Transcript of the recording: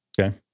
Okay